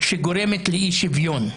שגורמת לאי-שוויון.